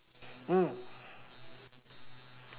mm